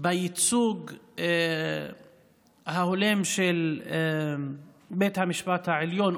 בייצוג ההולם בבית המשפט העליון,